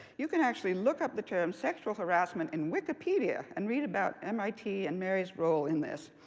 you can actually look up the term sexual harassment in wikipedia and read about mit and mary's role in this.